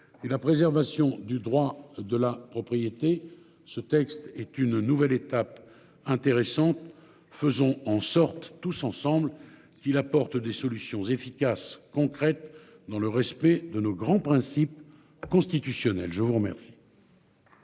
et la préservation du droit de la propriété. Ce texte est une nouvelle étape intéressante, faisons en sorte tous ensemble qu'il apporte des solutions efficaces, concrètes, dans le respect de nos grands principes constitutionnels. Je vous remercie.